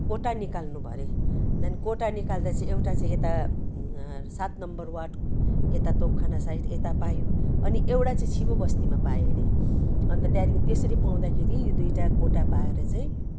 कोटा निकाल्नुभयो अरे त्यहाँदेखि कोटा निकाल्दा चाहिँ एउटा चाहिँ यता सात नम्बर वाडको यता तोपखाना साइड यता पायो अनि एउटा चाहिँ छिबो बस्तीमा पायो अरे अन्त त्यहाँदेखि त्यसरी पाउँदाखेरि यो दुईटा कोटा पाएर चाहिँ